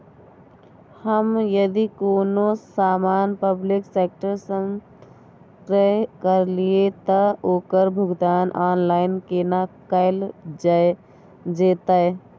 हम यदि कोनो सामान पब्लिक सेक्टर सं क्रय करलिए त ओकर भुगतान ऑनलाइन केना कैल जेतै?